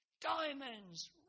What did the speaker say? diamonds